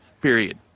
period